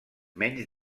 menys